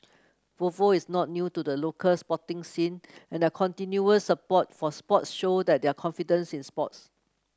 Volvo is not new to the local sporting scene and their continuous support for sports show that their confidence in sports